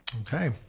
Okay